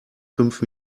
fünf